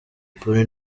polly